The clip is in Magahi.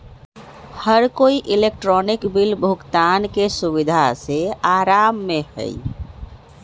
हर कोई इलेक्ट्रॉनिक बिल भुगतान के सुविधा से आराम में हई